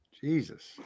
Jesus